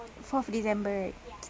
fourth december right